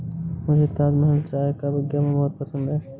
मुझे ताजमहल चाय का विज्ञापन बहुत पसंद है